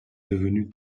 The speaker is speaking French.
devenue